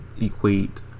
equate